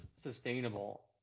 sustainable